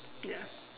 ya